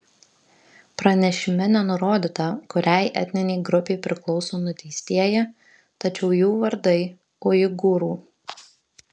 pranešime nenurodyta kuriai etninei grupei priklauso nuteistieji tačiau jų vardai uigūrų